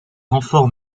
renforts